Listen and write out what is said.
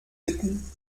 bitten